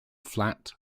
flat